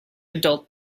adult